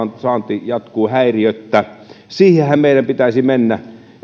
saanti jatkuu häiriöttä siihenhän meidän pitäisi mennä